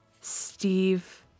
Steve